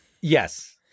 yes